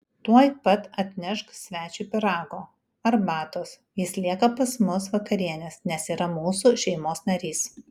tuoj pat atnešk svečiui pyrago arbatos jis lieka pas mus vakarienės nes yra mūsų šeimos narys